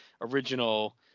original